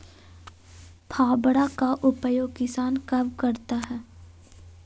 फावड़ा का उपयोग किसान कब करता है?